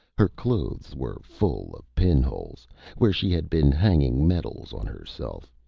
her clothes were full of pin-holes where she had been hanging medals on herself,